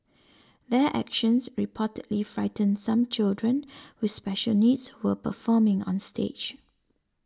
their actions reportedly frightened some children with special needs who were performing on stage